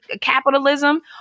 capitalism